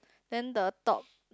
then the top